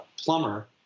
plumber –